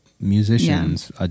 musicians